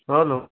hello